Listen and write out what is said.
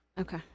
Okay